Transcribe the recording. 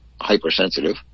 hypersensitive